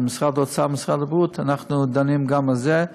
במשרד האוצר ובמשרד הבריאות דנים גם בזה.